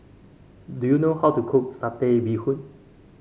do you know how to cook Satay Bee Hoon